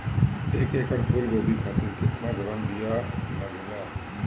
एक एकड़ फूल गोभी खातिर केतना ग्राम बीया लागेला?